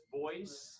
voice